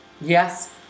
Yes